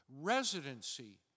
Residency